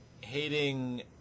hating